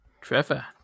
Trevor